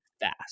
fast